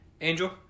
Angel